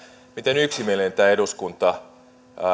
miten yksimielinen tämä eduskunta